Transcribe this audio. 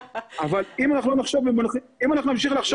אבל אם אנחנו נמשיך לחשוב,